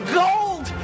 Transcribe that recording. gold